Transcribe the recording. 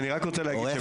אני רק רוצה להגיד,